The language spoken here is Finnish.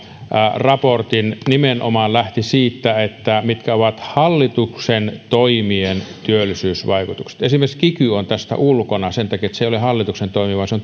raportti nimenomaan lähti siitä mitkä ovat hallituksen toimien työllisyysvaikutukset esimerkiksi kiky on tästä ulkona sen takia että se ei ole hallituksen toimi vaan se